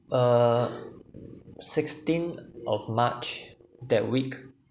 uh sixteen of march that week